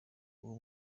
uwo